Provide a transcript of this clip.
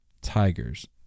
Tigers